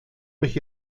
mich